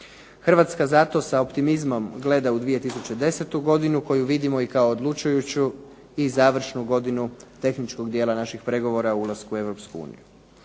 Hrvatska zato sa optimizmom gleda u 2010. godinu koju vidimo i kao odlučujuću i završnu godinu tehničkog dijela naših pregovora o ulasku u